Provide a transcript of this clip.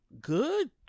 Good